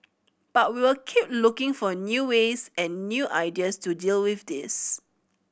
but we will keep looking for new ways and new ideas to deal with this